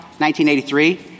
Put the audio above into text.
1983